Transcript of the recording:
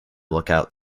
lookout